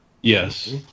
Yes